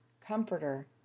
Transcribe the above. Comforter